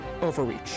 overreach